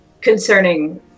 concerning